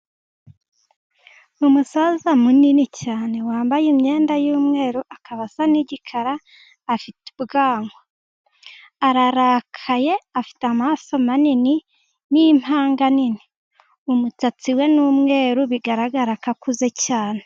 Ni umusaza munini cyane, wambaye imyenda y'umweru, akaba asa n'igikara, afite ubwanwa. Ararakaye, afite amaraso manini n'impanga nini, umusatsi we ni umweru, bigaragara ko akuze cyane.